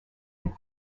and